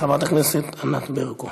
חברת הכנסת ענק ברקו.